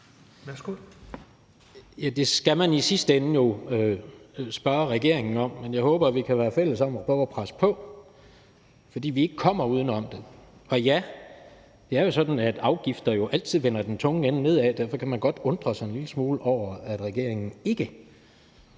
Det skal man jo i sidste ende spørge regeringen om, men jeg håber, at vi kan være fælles om at prøve at presse på, for vi kommer ikke uden om det. Ja, det er jo altid sådan, at afgifter vender den tunge ende nedad, og ud fra det synspunkt kan man godt undre sig en lille smule over, at regeringen er